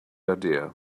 idea